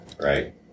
Right